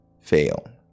fail